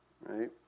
Right